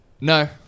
No